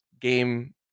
Game